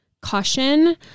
caution